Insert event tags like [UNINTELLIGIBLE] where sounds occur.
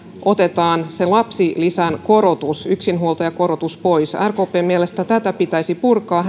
otetaan pois lapsilisän korotus yksinhuoltajakorotus rkpn mielestä tätä pitäisi purkaa [UNINTELLIGIBLE]